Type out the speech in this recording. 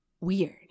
weird